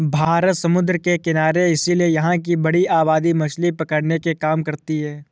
भारत समुद्र के किनारे है इसीलिए यहां की बड़ी आबादी मछली पकड़ने के काम करती है